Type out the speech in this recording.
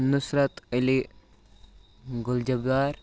Nusrat Ali Gul Jabbar